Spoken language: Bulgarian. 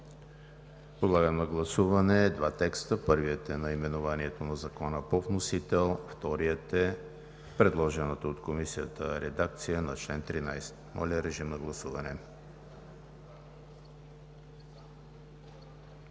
Подлагам на гласуване два текста: първият е наименованието на Закона по вносител; вторият е предложената от Комисията редакция на чл. 13. Гласували